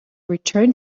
return